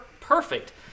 perfect